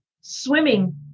swimming